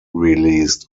released